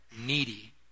needy